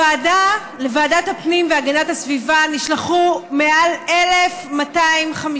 לוועדת הפנים והגנת הסביבה נשלחו מעל 1,250,